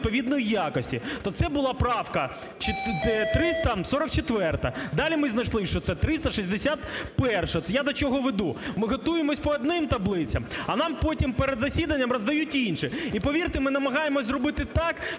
невідповідної якості, то це була правка 344. Далі ми знайшли, що це 361-а. Це я до чого веду. Ми готуємось по одним таблицям, а нам потім перед засіданням роздають інші. І повірте, ми намагаємось зробити так,